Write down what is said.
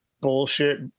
bullshit